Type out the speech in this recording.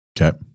okay